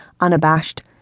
unabashed